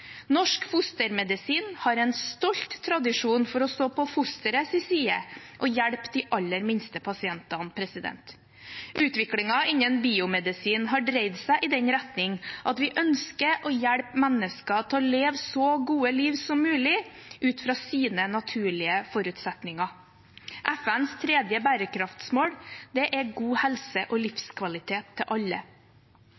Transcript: Norsk fostermedisin har en stolt tradisjon for å stå på fosterets side og hjelpe de aller minste pasientene. Utviklingen innen biomedisin har dreid seg i den retning at vi ønsker å hjelpe mennesker til å leve et så godt liv som mulig ut fra sine naturlige forutsetninger. FNs tredje bærekraftsmål er god helse og